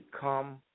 come